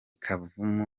kavumu